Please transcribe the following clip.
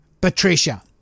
Patricia